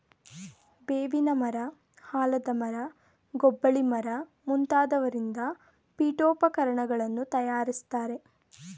ಬೇವಿನ ಮರ, ಆಲದ ಮರ, ಗೊಬ್ಬಳಿ ಮರ ಮುಂತಾದವರಿಂದ ಪೀಠೋಪಕರಣಗಳನ್ನು ತಯಾರಿಸ್ತರೆ